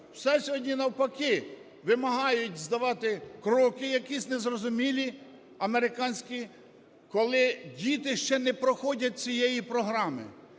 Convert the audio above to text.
все сьогодні навпаки: вимагають здавати "Кроки" якісь незрозумілі, американські, коли діти ще не проходять цієї програми.